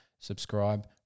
Subscribe